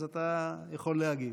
אז אתה יכול להגיב.